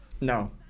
No